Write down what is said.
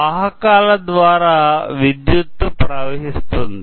వాహకాలు ద్వారా విద్యుత్తు ప్రవహిస్తుంది